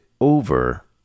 over